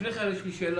לפני כן יש לי שאלה.